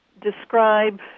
describe